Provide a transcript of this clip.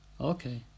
Okay